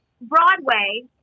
Broadway